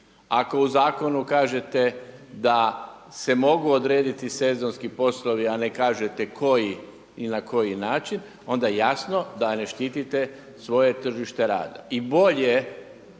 ako u zakonu kažete da se mogu odrediti sezonski poslovi a ne kažete koji i na koji način onda jasno da ne štitite svoje tržište rada.